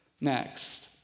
next